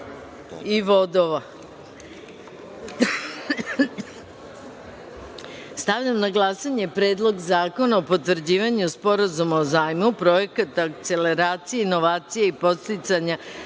i vodova. Stavljam na glasanje Predlog zakona o potvrđivanju Sporazuma o zajmu (Projekat akceleracije inovacija i podsticanja